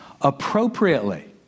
appropriately